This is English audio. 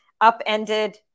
upended